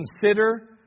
consider